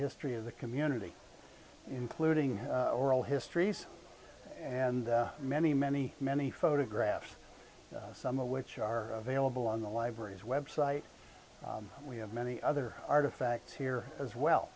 history of the community including oral histories and many many many photographs some of which are available on the library's web site we have many other artifacts here as well